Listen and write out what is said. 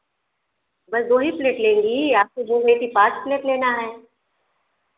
बस दो ही पलेट लेंगी आप तो बोल रही थीं पाँच प्लेट लेना है